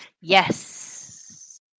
Yes